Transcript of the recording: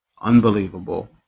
Unbelievable